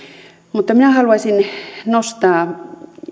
mutta minä haluaisin nostaa